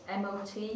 mot